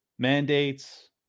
Mandates